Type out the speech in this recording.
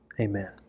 Amen